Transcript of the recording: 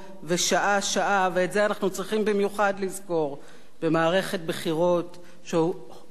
ואת זה אנחנו צריכים במיוחד לזכור במערכת בחירות שעומדת להיות מאוד מאוד